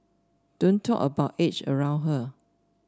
don't talk about age around her